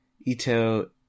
Ito